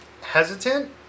hesitant